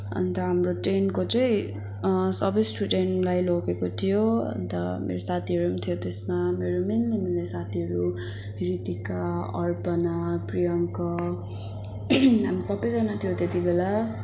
अन्त हाम्रो टेनको चाहिँ सबै स्टुडेन्टलाई लगेको थियो अन्त मेरो साथीहरू पनि थियो त्यसमा मेरो मिल्ने मिल्ने साथीहरू रितिका अर्पणा प्रियङ्का हामी सबैजना थियौँ त्यति बेला